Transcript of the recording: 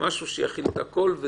משהו שיכיל את הכל.